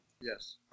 Yes